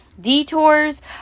detours